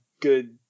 good